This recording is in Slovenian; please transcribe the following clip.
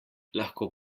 lahko